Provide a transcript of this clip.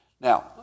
Now